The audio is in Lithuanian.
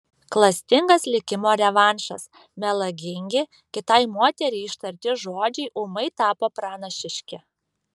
klastingas likimo revanšas melagingi kitai moteriai ištarti žodžiai ūmai tapo pranašiški